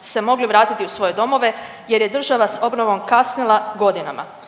se mogli vratiti u svoje domove jer je država s obnovom kasnila godinama.